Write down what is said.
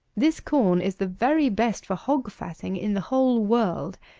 this corn is the very best for hog-fatting in the whole world.